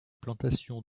plantations